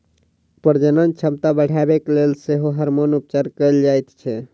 प्रजनन क्षमता बढ़यबाक लेल सेहो हार्मोन उपचार कयल जाइत छै